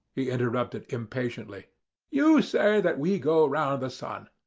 he interrupted impatiently you say that we go round the sun.